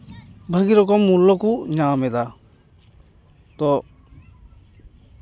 ᱵᱷᱟᱹᱜᱤ ᱨᱚᱠᱚᱢ ᱢᱩᱞᱞᱚ ᱠᱚ ᱧᱟᱢ ᱮᱫᱟ ᱛᱚ